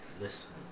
Listen